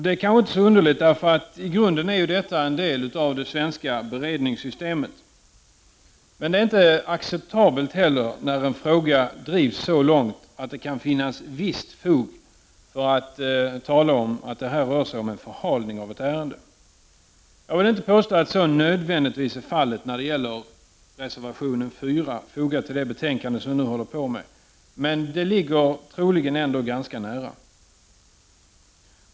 Det är kanske inte så underligt, eftersom detta i grunden är en del av det svenska beredningssystemet. Men det är inte acceptabelt när en fråga drivs så långt att det kan finnas visst fog att tala om en förhalning av ärendet. Jag vill inte påstå att så nödvändigtvis är fallet när det gäller reservation 4, som är fogad till det betänkande vi nu behandlar, men det ligger troligen ganska nära.